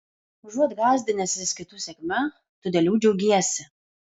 užuot gąsdinęsis kitų sėkme tu dėl jų džiaugiesi